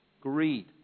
greed